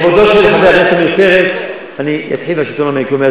לכבודו של חבר הכנסת עמיר פרץ אני אתחיל עם השלטון המקומי.